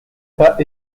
pas